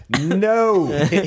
No